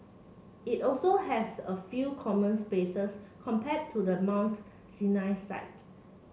it also have a fewer common spaces compared to the Mounts Sinai site